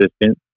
assistant